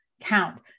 count